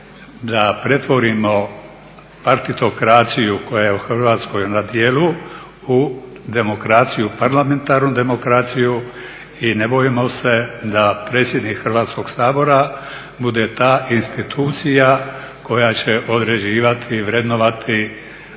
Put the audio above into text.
da pretvorimo partitokraciju koja je u Hrvatskoj na djelu u demokraciju, parlamentarnu demokraciju i ne bojmo se da predsjednik Hrvatskog sabora bude ta institucija koja će određivati i vrednovati